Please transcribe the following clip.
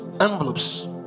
envelopes